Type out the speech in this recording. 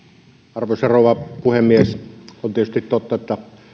arvoisa rouva puhemies on tietysti totta että